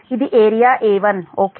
ఇది area A1 okay